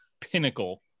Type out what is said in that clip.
pinnacle